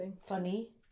funny